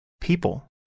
people